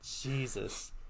jesus